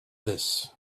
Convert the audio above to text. this